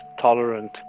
tolerant